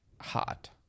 hot